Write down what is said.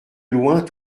loin